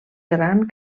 gran